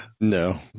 No